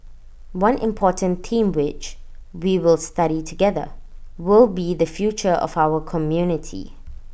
one important theme which we will study together will be the future of our community